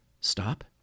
stop